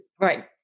right